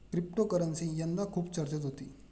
cryptocurrency यंदा खूप चर्चेत होती